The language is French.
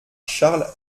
charles